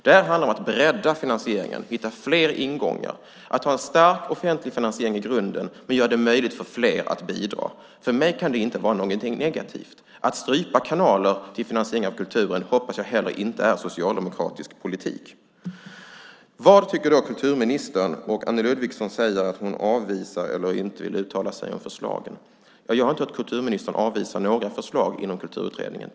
Där handlar det om att bredda finansieringen och att hitta fler ingångar. En stark offentlig finansiering i grunden gör det möjligt för fler att bidra. För mig kan det inte vara något negativt. Att strypa kanaler till finansiering av kulturen hoppas jag heller inte är socialdemokratisk politik. Vad tycker kulturministern? Anne Ludvigsson säger att kulturministern avvisar eller inte vill uttala sig om förslagen. Jag har inte hört kulturministern avvisa några förslag inom Kulturutredningen.